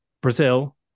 Brazil